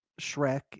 shrek